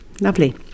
Lovely